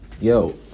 yo